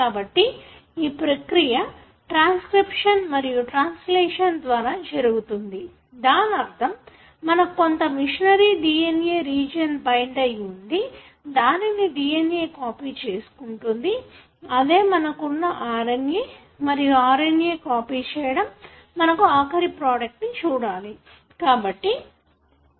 కాబట్టి ఈ ప్రక్రియ ట్రాన్స్కిర్ప్షన్ మరియు ట్రాన్సలేషన్ ద్వారా జరుగుతుంది దానర్థం మనకు కొంత మెషినరీ DNA రీజియన్ కు బైండ్ అయ్యి ఉండి దానిని DNA కాపీ చేసుకుంటుంది అదే మనకు వున్న RNA మరియు RNA కాపి చెయ్యడం మనకు ఆఖరి ప్రోడక్ట్ ను చూడాలి